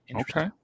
Okay